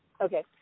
Okay